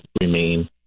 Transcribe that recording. remain